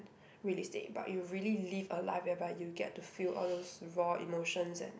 realistic but you really live a life whereby you get to feel all those raw emotions and